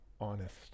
honest